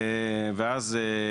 ואז,